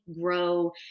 grow